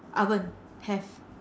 oven have